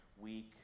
week